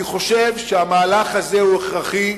אני חושב שהמהלך הזה הוא הכרחי.